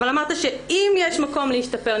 אבל אמרת שאם יש מקום להשתפר,